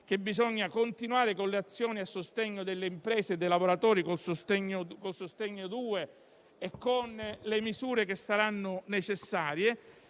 che bisogna continuare con le azioni a sostegno delle imprese e dei lavoratori con il decreto-legge sostegni 2 e con le misure che saranno necessarie.